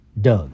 Doug